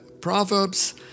proverbs